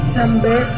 number